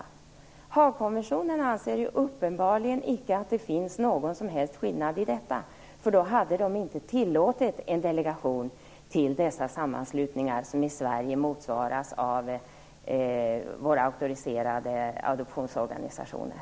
I Haagkonventionen anses uppenbarligen inte att det finns någon som helst skillnad på dessa alternativ. I så fall hade man inte tillåtit en delegation till dessa sammanslutningar, som i Sverige motsvaras av våra auktoriserade adoptionsorganisationer.